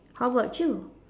how about you